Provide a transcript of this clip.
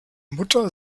mutter